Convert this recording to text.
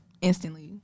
instantly